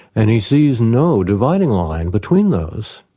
and he sees no dividing line between those.